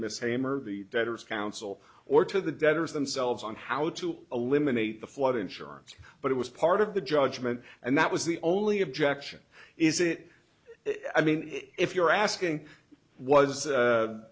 miss him or the debtors counsel or to the debtors themselves on how to eliminate the flood insurance but it was part of the judgment and that was the only objection is it i mean if you're asking was